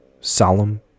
solemn